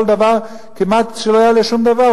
כל דבר כמעט שלא יעלה שום דבר,